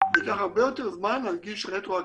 וזה ייקח הרבה יותר זמן להנגיש רטרואקטיבית.